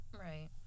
right